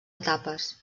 etapes